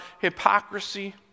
hypocrisy